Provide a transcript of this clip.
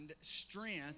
strength